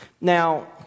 Now